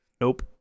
Nope